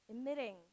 emitting